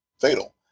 fatal